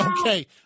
Okay